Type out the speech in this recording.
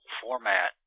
format